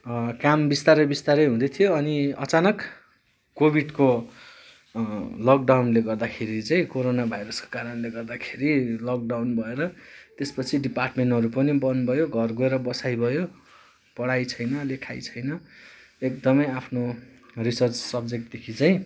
काम बिस्तारै बिस्तारै हुँदै थियो अनि अचानक कोभिडको लकडाउनले गर्दाखेरि चाहिँ कोरोना भाइरसको कारणले गर्दाखेरि लकडाउन भएर त्यसपछि डिपार्टमेन्टहरू पनि बन्द भयो घर गएर बसाइ भयो पढाइ छैन लेखाइ छैन एकदमै आफ्नो रिसर्च सब्जेक्टदेखि चाहिँ